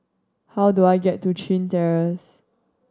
how do I get to Chin Terrace